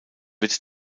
wird